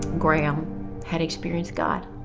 graham had experienced god.